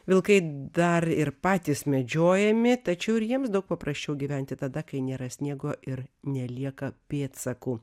vilkai dar ir patys medžiojami tačiau ir jiems daug paprasčiau gyventi tada kai nėra sniego ir nelieka pėdsakų